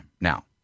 Now